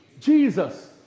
jesus